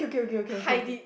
hide it